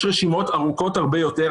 יש רשימות ארוכות הרבה יותר.